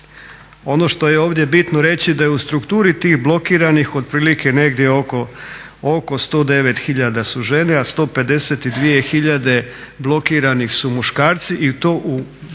Ono što je ovdje bitno reći da je u strukturi tih blokiranih otprilike negdje oko 109 tisuća su žene, a 152 tisuće blokiranih su muškarci i to u dobi